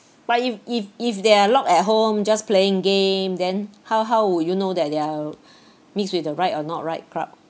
but if if if they are lock at home just playing game then how how would you know that they're mix with the right or not right crowd